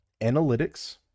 Analytics